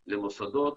למוסדות,